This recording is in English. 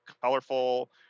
colorful